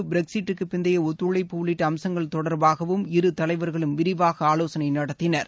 பிரெக்சிட்டுக்கு பிந்தைய ஒத்தழைப்பு உள்ளிட்ட அம்சங்கள் தொடர்பாகவும் இரு தலைவர்களும் விரிவாக ஆலோசனை நடத்தினர்